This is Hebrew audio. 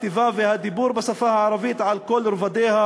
הכתיבה והדיבור בשפה הערבית על כל רבדיה,